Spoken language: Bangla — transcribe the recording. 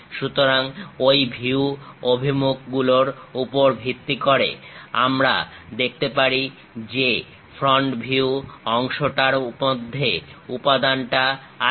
সুতরাং ঐ ভিউ অভিমুখ গুলোর উপর ভিত্তি করে আমরা দেখতে পারি যে ফ্রন্ট ভিউ অংশটার মধ্যে উপাদানটা আছে